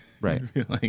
Right